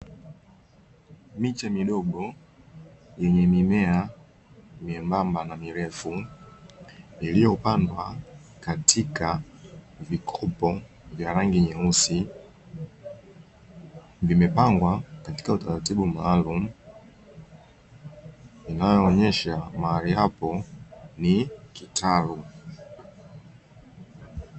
Miche midogo yenye mimea myembamba na mirefu, iliyopandwa katika vikopo vya rangi nyeusi. Vimepangwa katika utaratibu maalumu unaoonyesha mahali hapo ni kitalu.